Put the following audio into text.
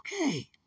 okay